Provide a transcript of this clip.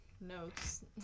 notes